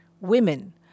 Women